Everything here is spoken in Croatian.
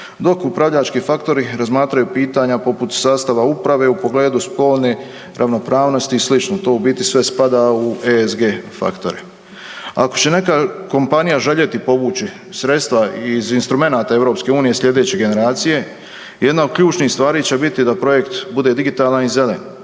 dok upravljački faktori razmatraju pitanja poput sastava uprave u pogledu spolne ravnopravnosti i sl. To ubiti sve spada u ESG faktore. Ako će neka kompanija željeti povući sredstva iz instrumenata EU sljedeće generacije, jedna od ključnih stvari će biti da projekt bude digitalan i zelen,